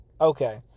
Okay